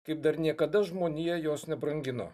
kaip dar niekada žmonija jos nebrangino